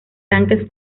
tanques